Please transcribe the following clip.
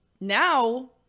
now